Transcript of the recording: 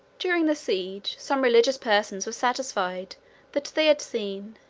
during the siege, some religious persons were satisfied that they had seen,